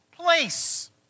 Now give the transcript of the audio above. place